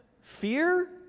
Fear